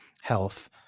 health